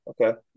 Okay